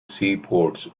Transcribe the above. seaports